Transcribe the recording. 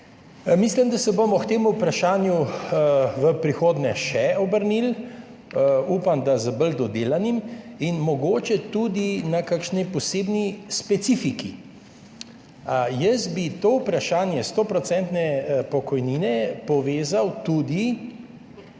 Mislim, da se bomo k temu vprašanju v prihodnje še obrnili, upam, da bolj dodelano, in mogoče tudi s kakšno posebno specifiko. Jaz bi to vprašanje stoodstotne pokojnine povezal tudi